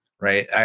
Right